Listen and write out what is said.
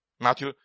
Matthew